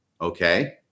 Okay